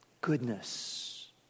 Goodness